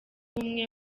umwe